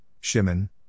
Shimon